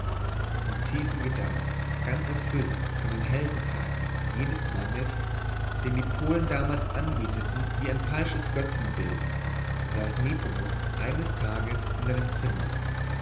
in tiefen gedanken ganz erfüllt von den heldentaten jenes mannes den die polen damals anbeteten wie ein falsches götzenbild saß nepomuk eines tages in seinem zimmer